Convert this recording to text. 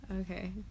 Okay